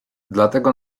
dlatego